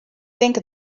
tinke